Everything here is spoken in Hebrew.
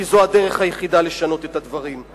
כי זו הדרך היחידה לשנות את הדברים.